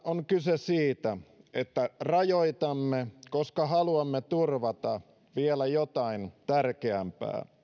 on kyse siitä että rajoitamme koska haluamme turvata vielä jotain tärkeämpää